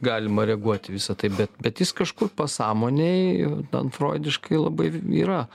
galima reaguot į visa tai bet bet jis kažkur pasąmonėj ten froidiškai labai yra